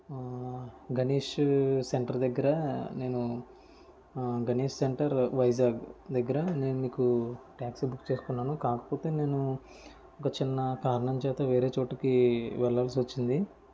Ganesh centre దగ్గర నేను Ganesh centre Vizag దగ్గర నేను మీకు టాక్సీ బుక్ చేసుకున్నాను కాకపోతే నేను ఒక చిన్న కారణం చేత వేరే చోటికి వెళ్లాల్సి వచ్చింది